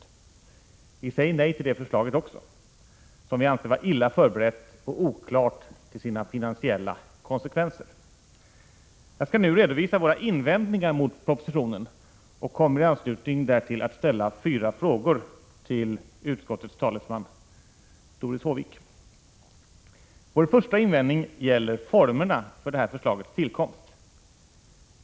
Vi säger nej till det förslaget som vi anser vara illa förberett och oklart till sina finansiella konsekvenser. Jag skall nu redovisa några invändningar mot propositionen och kommer i anslutning därtill att ställa fyra frågor till utskottets talesman Doris Håvik. Vår första invändning gäller formerna för det här förslagets tillkomst.